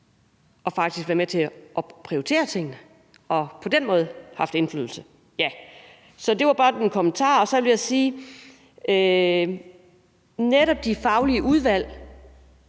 og faktisk være med til at prioritere tingene og på den måde haft indflydelse. Det var bare en kommentar. Og så vil jeg sige, at netop de faglige udvalg